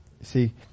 See